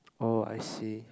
oh I see